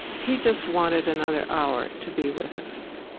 he just wanted another hour to be with us.